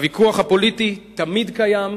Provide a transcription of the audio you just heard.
הוויכוח הפוליטי תמיד קיים,